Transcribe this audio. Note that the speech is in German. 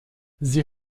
sie